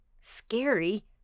scary